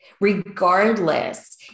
regardless